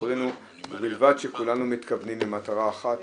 ובלבד שכולנו מתכוונים למטרה אחת.